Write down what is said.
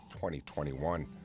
2021